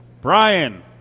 Brian